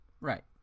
Right